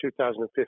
2015